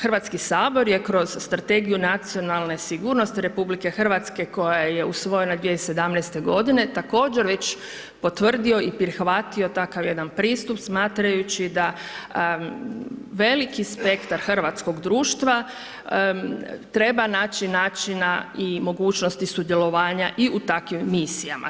HS je kroz strategiju Nacionalne sigurnosti RH koja je usvojena 2017.-te također već potvrdio i prihvatio takav jedan pristup smatrajući da veliki spektar hrvatskog društva treba naći načina i mogućnosti sudjelovanja i u takvim misijama.